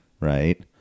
right